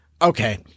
Okay